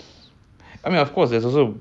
it comes out in a question of